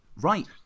Right